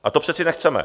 A to přeci nechceme.